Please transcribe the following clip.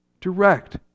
Direct